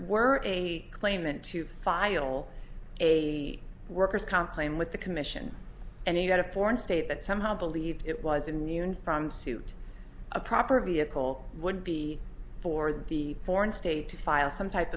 we're a claimant to file a worker's comp claim with the commission and he had a foreign state that somehow believed it was in munich from suit a proper vehicle would be for the foreign state to file some type